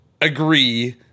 agree